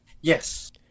Yes